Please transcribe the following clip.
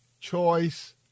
choice